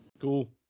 Cool